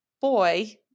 Boy